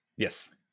Yes